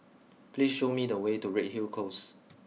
please show me the way to Redhill Close